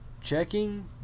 checking